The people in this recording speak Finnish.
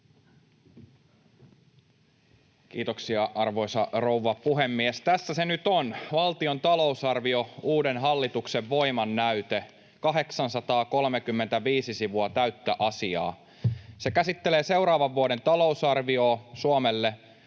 Kiitoksia, arvoisa rouva puhemies! Tässä se nyt on: valtion talousarvio, uuden hallituksen voimannäyte — 835 sivua täyttä asiaa. Se käsittelee seuraavan vuoden talousarviota Suomelle,